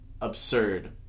absurd